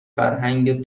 فرهنگت